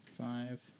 five